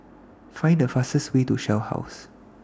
Find The fastest Way to Shell House